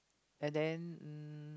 and then um